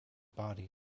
body